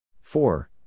Four